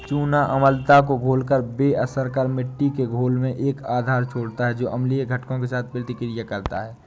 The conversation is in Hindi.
चूना अम्लता को घोलकर बेअसर कर मिट्टी के घोल में एक आधार छोड़ता है जो अम्लीय घटकों के साथ प्रतिक्रिया करता है